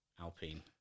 Alpine